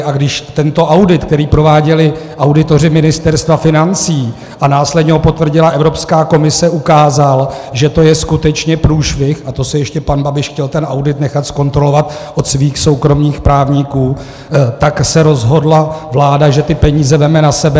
A když tento audit, který prováděli auditoři Ministerstva financí, a následně ho potvrdila Evropská komise, ukázal, že to je skutečně průšvih a to si ještě chtěl ten audit nechat pan Babiš zkontrolovat od svých soukromých právníků tak se rozhodla vláda, že ty peníze vezme na sebe.